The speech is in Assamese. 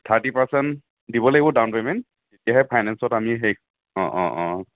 থাৰ্টি পাৰ্চেণ্ট দিব লাগিব ডাউন পে'মেণ্ট তেতিয়াহে ফাইনেঞ্চত আমি সেই অঁ অঁ অঁ